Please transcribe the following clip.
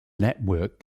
network